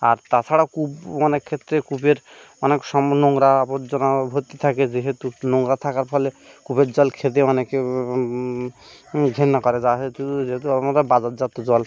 আর তাছাড়া কূপ অনেক ক্ষেত্রে কূপের অনেক সময় নোংরা আবর্জনা ভর্তি থাকে যেহেতু নোংরা থাকার ফলে কূপের জল খেতে অনেকে ঘেন্না করে যেহেতু যেহেতু আমরা বাজারজাত জল